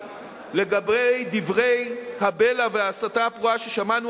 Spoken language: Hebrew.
לגבי דברי הבלע וההסתה הפרועה ששמענו